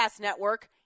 Network